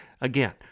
Again